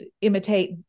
imitate